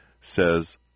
says